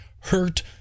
hurt